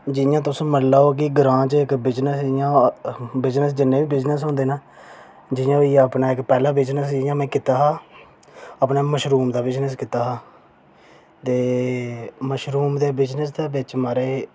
जि'यां तुस मन्नी लेओ की ग्रांऽ च इक्क बिज़नेस इं'या बिज़नेस जिन्ने बी बिज़नेस होंदे न जियां में पैह्ला बिज़नेस कीता हा मशरूम दा बिज़नेस कीता हा ते मशरूम दे बिज़नेस दे बिच म्हाराज